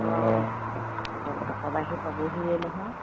অঁ ভকত আহি পাবহিয়ে নহয়